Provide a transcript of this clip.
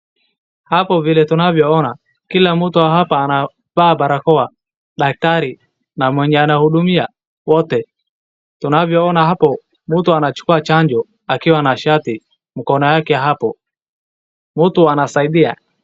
Hapo vile tunavyoona kila mtu hapa anavaa barakoa, daktari na mwenye anahudumia wote tunavyoona hapo mtu anachukua chanjo akiwa na shati mkono yake hapo, mtu anasaidia.